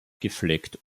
gefleckt